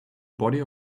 body